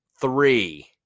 Three